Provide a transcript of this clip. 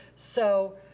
so